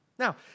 Now